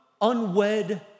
unwed